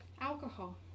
alcohol